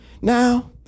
Now